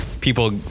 people